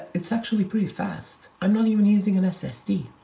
it's actually pretty fast. i'm not even using an ssd.